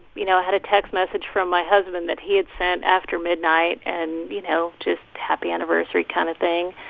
you know, i had a text message from my husband that he had sent after midnight and, you know, just happy anniversary kind of thing.